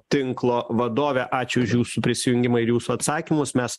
tinklo vadovė ačiū už jūsų prisijungimą ir jūsų atsakymus mes